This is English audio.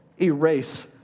erase